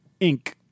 Inc